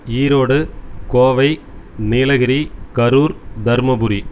Erode Kovai Nilgiri Karur Dharmapuri